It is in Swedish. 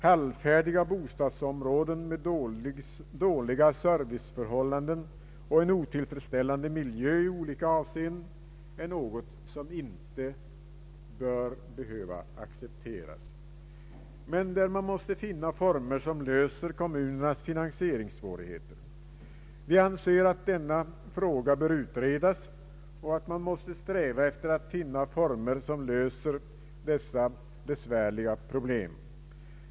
Halvfärdiga bostadsområden med dåliga serviceförhållanden och en otillfredsställande miljö i olika avseenden är något som man inte skall behöva acceptera, men det gäller att finna former som löser kommunernas finansieringsproblem. Vi anser att denna fråga bör utredas och att man måste sträva efter att finna former som löser dessa besvärliga problem.